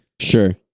Sure